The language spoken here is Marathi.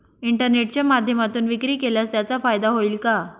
इंटरनेटच्या माध्यमातून विक्री केल्यास त्याचा फायदा होईल का?